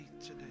today